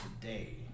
today